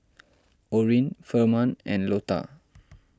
Orin Firman and Lota